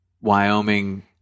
Wyoming